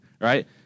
Right